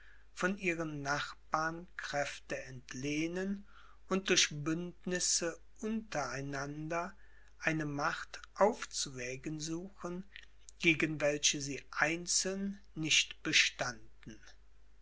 von ihren nachbarn kräfte entlehnen und durch bündnisse unter einander eine macht aufzuwägen suchen gegen welche sie einzeln nicht bestanden